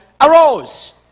arose